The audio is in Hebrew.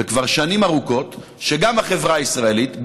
וכבר שנים ארוכות שגם החברה הישראלית,